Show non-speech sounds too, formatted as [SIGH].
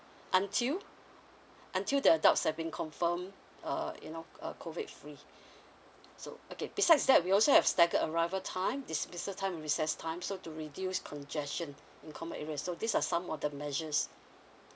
until until the adult has been confirmed err you know uh COVID free [BREATH] so okay besides that we also have staggered arrival time dismissal time and recess time so to reduce congestion in common area so these are some of the measures